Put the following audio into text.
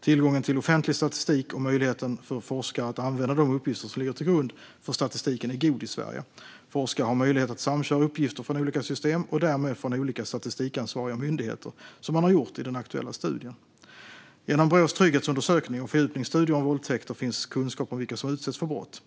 Tillgången till offentlig statistik och möjligheten för forskare att använda de uppgifter som ligger till grund för statistiken är god i Sverige. Forskare har möjligheter att samköra uppgifter från olika system och därmed från olika statistikansvariga myndigheter, som man har gjort i den aktuella studien. Genom Brås trygghetsundersökning och fördjupningsstudier om våldtäkter finns kunskap om vilka som utsätts för brott.